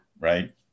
right